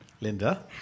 Linda